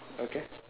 okay